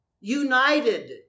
united